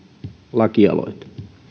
lakialoite